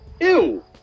Ew